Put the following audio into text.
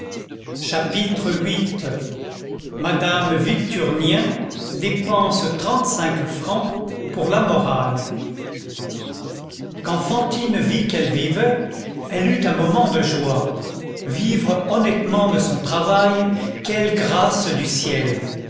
chapitre viii madame victurnien dépense trente-cinq francs pour la morale quand fantine vit qu'elle vivait elle eut un moment de joie vivre honnêtement de son travail quelle grâce du ciel